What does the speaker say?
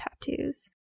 tattoos